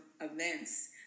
events